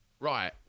Right